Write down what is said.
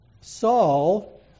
Saul